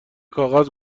کاغذ